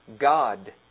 God